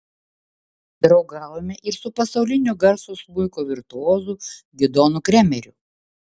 draugavome ir su pasaulinio garso smuiko virtuozu gidonu kremeriu